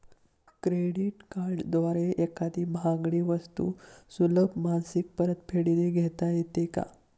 Credit कार्डद्वारे एखादी महागडी वस्तू सुलभ मासिक परतफेडने घेता येते का?